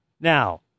Now